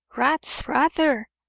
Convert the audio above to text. rats, rather.